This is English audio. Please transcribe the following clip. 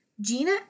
Gina